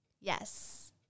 Yes